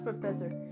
professor